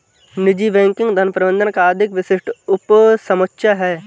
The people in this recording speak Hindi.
निजी बैंकिंग धन प्रबंधन का अधिक विशिष्ट उपसमुच्चय है